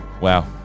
Wow